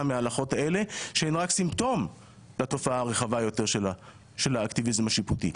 מהלכות אלה שהן רק סימפטום לתופעה הרחבה יותר של האקטיביזם השיפוטי.